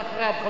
אחריו,